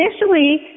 initially